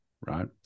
right